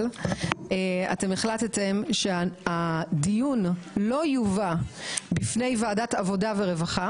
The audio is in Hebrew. אבל החלטתם שהדיון לא יובא בפני ועדת העבודה והרווחה